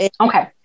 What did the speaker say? Okay